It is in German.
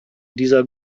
dieser